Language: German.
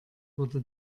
wurde